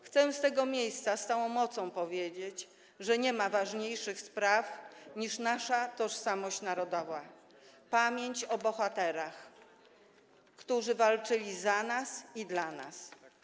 Chcę z tego miejsca z całą mocą powiedzieć, że nie ma ważniejszych spraw niż nasza tożsamość narodowa, pamięć o bohaterach, którzy walczyli za nas i dla nas.